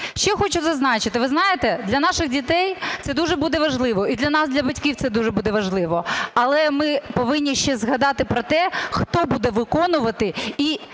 Ще хочу зазначити. Ви знаєте, для наших дітей це дуже буде важливо і для нас для батьків це дуже буде важливо. Але ми повинні ще згадати про те, хто буде виконувати